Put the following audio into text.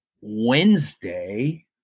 Wednesday